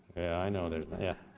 i know there's yeah,